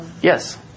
Yes